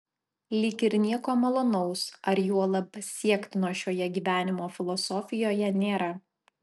lyg ir nieko malonaus ar juolab siektino šioje gyvenimo filosofijoje nėra